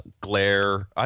glare